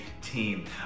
team